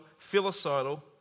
filicidal